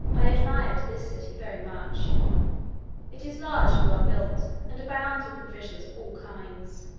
i admired this city very much it is large and well-built, and abounds with provisions of all kinds.